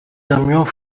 camions